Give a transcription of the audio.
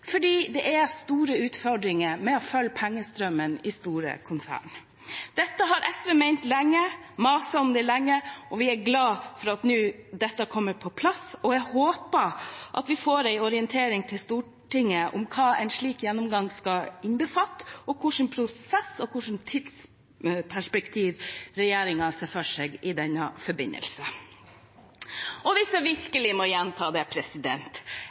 fordi det er store utfordringer med å følge pengestrømmen i store konsern. Dette har SV ment lenge og mast om lenge. Vi er glade for at dette nå kommer på plass, og jeg håper at vi får en orientering til Stortinget om hva en slik gjennomgang skal innbefatte, og hva slags prosess og tidsperspektiv regjeringen ser for seg i denne forbindelse. Og hvis jeg virkelig må gjenta det: